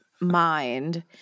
mind